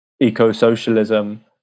eco-socialism